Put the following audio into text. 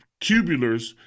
cubulars